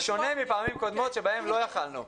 בשונה מפעמים קודמות שבהן לא יכולנו.